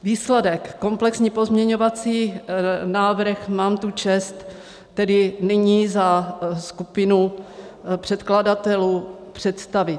Výsledek, komplexní pozměňovací návrh mám tu čest tedy nyní za skupinu předkladatelů představit.